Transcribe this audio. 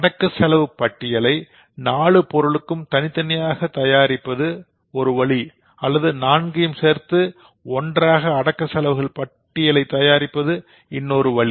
அடக்கச் செலவுப் பட்டியலை 4 பொருட்களுக்கும் தனித்தனியாக தயாரிப்பது ஒரு வழி அல்லது நான்கையும் சேர்த்து ஒன்றாக அடக்கசெலவுகள் பட்டியலைத் தயாரிப்பது இன்னொரு வழி